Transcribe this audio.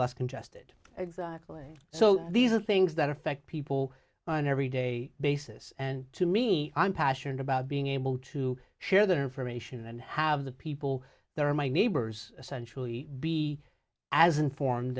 less congested exactly so these are things that affect people on every day basis and to me i'm passionate about being able to share that information and have the people there are my neighbors essentially be as informed